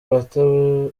ubutabera